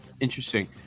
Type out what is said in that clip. interesting